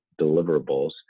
deliverables